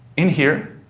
in here,